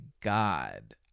God